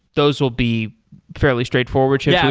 those will be fairly straightforward? yeah,